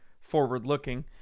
forward-looking